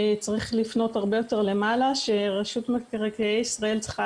צריך לפנות הרבה יותר למעלה שרשות מקרקעי ישראל צריכה